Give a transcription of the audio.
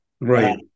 Right